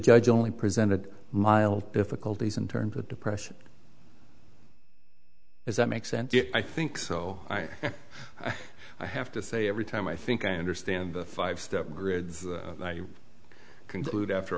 judge only presented mild difficulties in terms of depression is that make sense i think so i have to say every time i think i understand a five step grid i conclude after